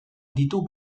ditu